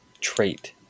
trait